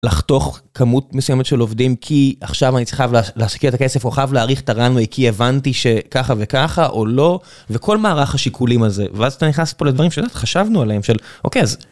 לחתוך כמות מסוימת של עובדים כי עכשיו אני צריך להשקיע את הכסף או חייב להעריך את הראן-וואי כי הבנתי שככה וככה או לא וכל מערך השיקולים הזה ואז אתה נכנס פה לדברים שבאמת חשבנו עליהם.